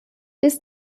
ist